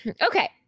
Okay